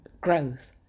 growth